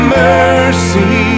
mercy